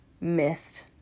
missed